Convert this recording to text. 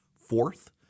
Fourth